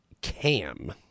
Cam